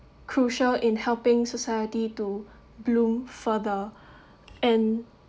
crucial in helping society to bloom further and